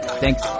Thanks